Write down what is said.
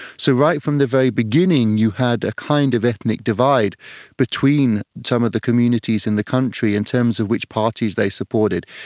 so right from the very beginning you had a kind of ethnic divide between some of the communities in the country in terms of which parties they supported.